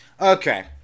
Okay